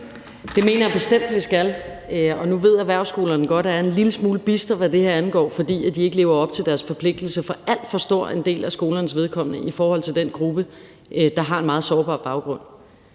Det mener jeg bestemt vi skal. Nu ved erhvervsskolerne godt, at jeg er en lille smule bister, hvad det her angår, fordi de ikke lever op til deres forpligtelse for alt for stor en del af skolernes vedkommende i forhold til den gruppe, der har en meget sårbar baggrund,